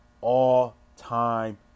all-time